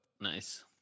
Nice